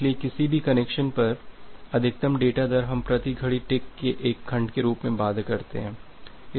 इसलिए किसी भी कनेक्शन पर अधिकतम डेटा दर हम प्रति घड़ी टिक के एक खंड के रूप में बाध्य करते हैं